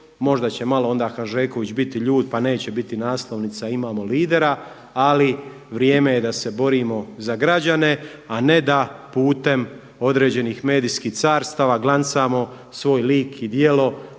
možda će malo onda Hanžeković biti ljut pa neće biti naslovnica „Imamo lidera“ ali vrijeme je da se borimo za građane, a ne da putem određenim medijskih carstava glancamo svoj lik i djelo